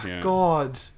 God